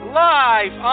live